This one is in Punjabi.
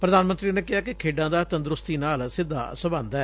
ਪਧਾਨ ਮੰਤਰੀ ਨੇ ਕਿਹਾ ਕਿ ਖੇਡਾਂ ਦਾ ਤੰਦਰਸਤੀ ਨਾਲ ਸਿੱਧਾ ਸਬੰਧ ਐ